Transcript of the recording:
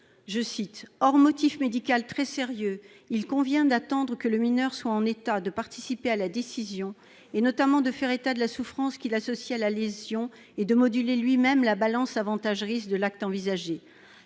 ce sujet :« Hors motif médical très sérieux, il convient d'attendre que le mineur soit en état de participer à la décision, et notamment de faire état de la souffrance qu'il associe à sa lésion et de moduler lui-même la balance avantage-risque de l'acte envisagé. [